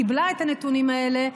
קיבלה את הנתונים האלה,